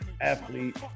athlete